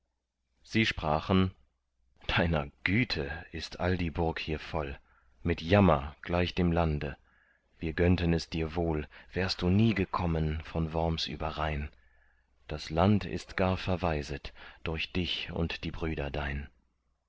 sie sprachen deiner güte ist all die burg hier voll mit jammer gleich dem lande wir gönnten dir es wohl wärst du nie gekommen von worms überrhein das land ist gar verwaiset durch dich und die brüder dein